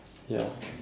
ya